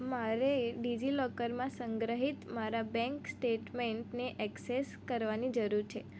મારે ડિજિલોકરમાં સંગ્રહિત મારા બેંક સ્ટેટમેન્ટ ને ઍક્સેસ કરવાની જરૂર છે